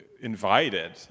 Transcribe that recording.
invited